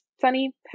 Sunny